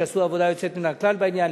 שעשו עבודה יוצאת מן הכלל בעניין,